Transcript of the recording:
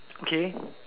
okay